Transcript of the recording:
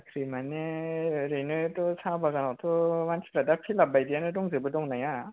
साख्रि माने ओरैनोथ' साहा बागानावथ'मानसिफ्रा दा फिलाब बायदियानो दंजोबो दंनाया